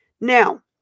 now